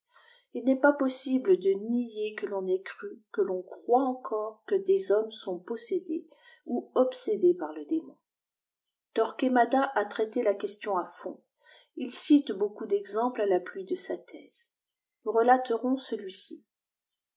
il n'est pas possible de nier que l'on ait cru que ton croie encore que des hommes sont possédés ou obsédés par le démon torquemada a traité la question à fond il cite beaucoup d'exemples à l'appui de sa thèse nous relaterons celui-ci